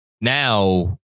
now